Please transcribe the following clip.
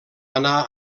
anar